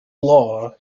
law